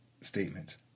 statement